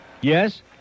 Yes